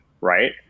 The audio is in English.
right